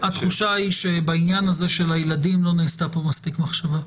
התחושה היא שבעניין הזה של הילדים לא נעשתה כאן מספיק מחשבה.